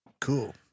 Cool